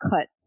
cut